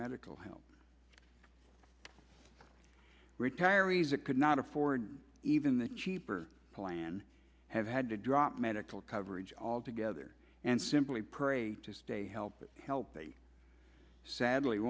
medical help retirees it could not afford even the cheaper plan have had to drop medical coverage altogether and simply pray to stay healthy healthy sadly